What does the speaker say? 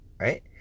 right